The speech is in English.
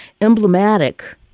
emblematic